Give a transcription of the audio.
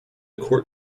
court